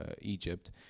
Egypt